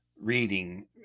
reading